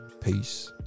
Peace